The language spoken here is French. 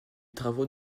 travaux